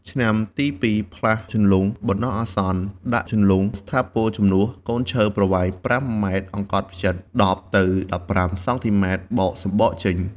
ឆ្នាំទីពីរផ្លាស់ជន្លង់បណ្តោះអាសន្ន ដាក់ជន្លង់ស្ថាពរជំនួស កូនឈើប្រវែង ៥ម អង្កត់ផ្ចិត ១០ទៅ១៥សង់ទីម៉ែត្រ បកសំបកចេញ។